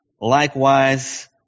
likewise